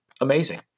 amazing